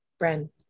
Bren